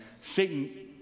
satan